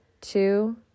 two